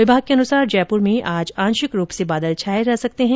विभाग के अनुसार जयपुर में आज आशिक रूप से बादल छाये रह सकते हैं